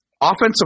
offensive